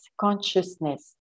consciousness